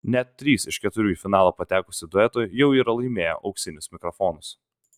net trys iš keturių į finalą patekusių duetų jau yra laimėję auksinius mikrofonus